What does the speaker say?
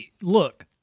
Look